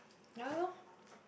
ya loh